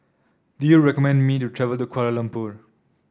do you recommend me to travel to the Kuala Lumpur